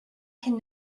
can